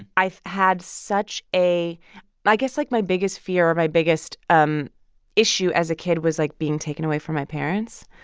i had such a i guess, like, my biggest fear or my biggest um issue as a kid was, like, being taken away from my parents.